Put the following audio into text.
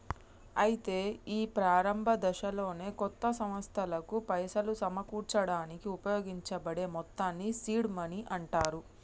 అయితే ఈ ప్రారంభ దశలోనే కొత్త సంస్థలకు పైసలు సమకూర్చడానికి ఉపయోగించబడే మొత్తాన్ని సీడ్ మనీ అంటారు